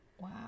Wow